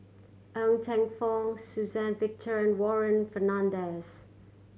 Ng Teng Fong Suzann Victor and Warren Fernandez